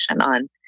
on